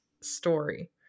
story